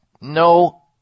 No